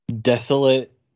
desolate